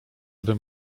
bym